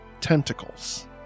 tentacles